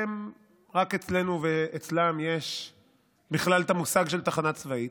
שרק אצלנו ואצלם יש בכלל את המושג של תחנה צבאית,